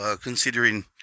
Considering